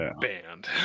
banned